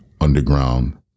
underground